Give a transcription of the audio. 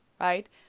right